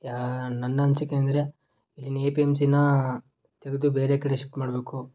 ಯಾ ನನ್ನ ಅನಿಸಿಕೆ ಅಂದರೆ ಇಲ್ಲಿನ ಎ ಪಿ ಎಮ್ ಸಿನಾ ತೆಗೆದು ಬೇರೆ ಕಡೆ ಶಿಫ್ಟ್ ಮಾಡಬೇಕು